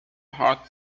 hot